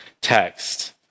text